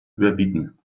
überbieten